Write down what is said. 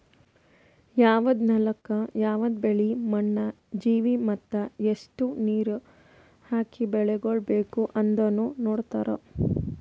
ಯವದ್ ನೆಲುಕ್ ಯವದ್ ಬೆಳಿ, ಮಣ್ಣ, ಜೀವಿ ಮತ್ತ ಎಸ್ಟು ನೀರ ಹಾಕಿ ಬೆಳಿಗೊಳ್ ಬೇಕ್ ಅಂದನು ನೋಡತಾರ್